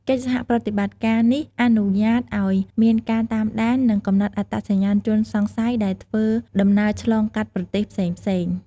កិច្ចសហប្រតិបត្តិការនេះអនុញ្ញាតឲ្យមានការតាមដាន និងកំណត់អត្តសញ្ញាណជនសង្ស័យដែលធ្វើដំណើរឆ្លងកាត់ប្រទេសផ្សេងៗ។